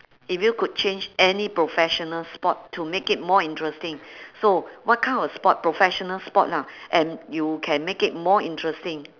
if you could change any professional spot to make it more interesting so what kind of spot professional spot lah and you can make it more interesting